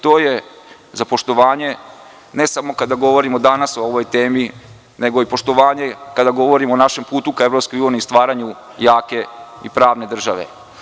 To je za poštovanje, ne samo kada govorimo danas o ovoj temi, nego i poštovanje kada govorimo o našem putu ka EU i stvaranju jake i pravne države.